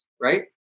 right